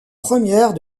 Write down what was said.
première